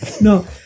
No